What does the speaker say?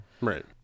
right